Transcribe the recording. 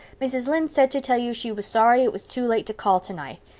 mrs. lynde said to tell you she was sorry it was too late to call tonight.